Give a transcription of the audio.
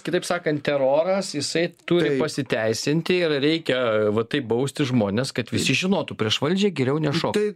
kitaip sakant teroras jisai turi pasiteisinti ir reikia va taip bausti žmones kad visi žinotų prieš valdžią geriau nešokt